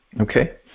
Okay